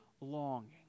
longing